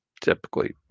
typically